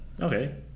okay